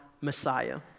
Messiah